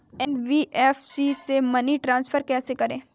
NBFC से money transfer कैसे करें?